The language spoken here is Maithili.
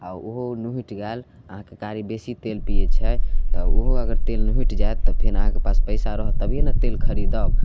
आओर ओहो निहुँटि गेल अहाँके गाड़ी बेसी तेल पिए छै तऽ ओहो अगर तेल निहुँटि जाएत तऽ फेर अहाँके पास पइसा रहत तभिए ने तेल खरिदब